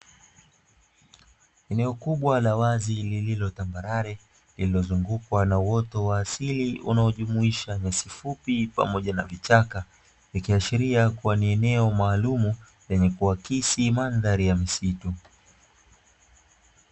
Eneo kubwa la wazi lililo tambarare lililozungukwa na uoto wa asili unaojumuisha nyasi fupi pamoja na vichaka. Ikiashiria kuwa ni eneo maalum lenye kuakisi mandhari na msitu.